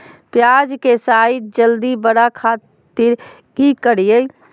प्याज के साइज जल्दी बड़े खातिर की करियय?